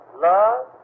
Love